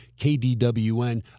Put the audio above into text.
KDWN